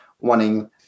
wanting